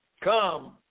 come